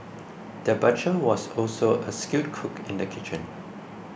the butcher was also a skilled cook in the kitchen